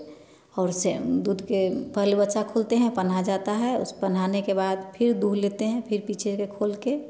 और उसे ढूध के पहले बच्चा खोलते हैं पनाह जाता है उस पनहने के बाद फिर दू लेते हैं फिर पीछे के खोल कर